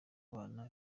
abana